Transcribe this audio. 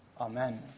Amen